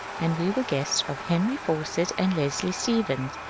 and we were guests of henry fawcett and leslie stephen,